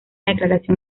declaración